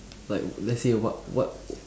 like let's say what what